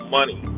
money